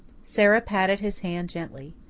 sara patted his hand gently.